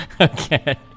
Okay